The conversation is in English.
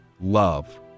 love